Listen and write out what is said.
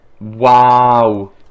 Wow